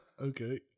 Okay